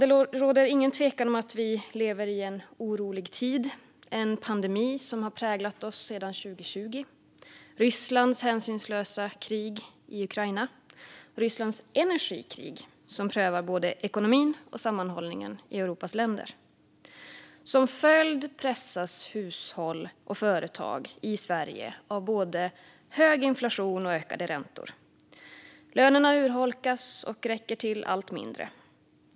Det råder ingen tvekan om att vi lever i en orolig tid med en pandemi som har präglat oss sedan 2020, med Rysslands hänsynslösa krig i Ukraina och med Rysslands energikrig som prövar både ekonomin och sammanhållningen i Europas länder. Som en följd pressas hushåll och företag i Sverige av både hög inflation och ökande räntor. Lönerna urholkas och räcker till allt mindre.